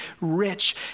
rich